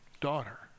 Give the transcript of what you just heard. daughter